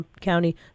County